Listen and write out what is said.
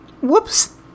Whoops